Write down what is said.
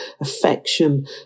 affection